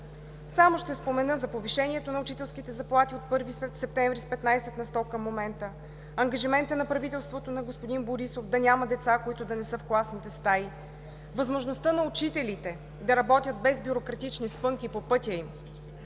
Само ще спомена за повишението на учителските заплати от 1 септември с 15 на сто към момента; ангажимента на правителството на господин Борисов да няма деца, които да не са в класните стаи; възможността на учителите да работят без бюрократични спънки по пътя им;